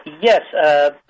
Yes